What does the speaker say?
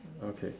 okay